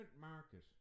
market